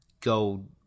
go